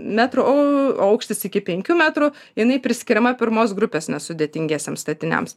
metrų o aukštis iki penkių metrų jinai priskiriama pirmos grupės nesudėtingiesiems statiniams